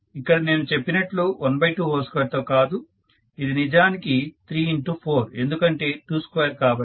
ఇక్కడ నేను చెప్పినట్లు 122 తో కాదు ఇది నిజానికి 34 ఎందుకంటే 22 కాబట్టి